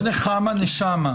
לא נחמה, נשמה.